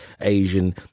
Asian